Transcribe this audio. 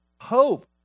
hope